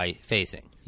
facing